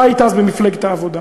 אתה היית אז במפלגת העבודה.